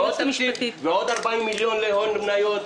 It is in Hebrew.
עוד 40 מיליון להון מניות,